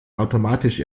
automatisch